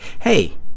Hey